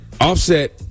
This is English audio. Offset